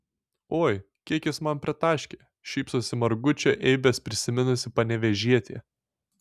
oi kiek jis man pritaškė šypsosi margučio eibes prisiminusi panevėžietė